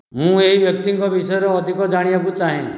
ମୁଁ ଏହି ବ୍ୟକ୍ତିଙ୍କ ବିଷୟରେ ଅଧିକ ଜାଣିବାକୁ ଚାହେଁ